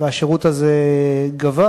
והשירות הזה גווע.